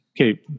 Okay